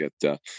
get